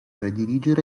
redigere